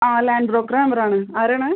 ആ ലാൻഡ് ബ്രോക്കറുടെ നമ്പറാണ് ആരാണ്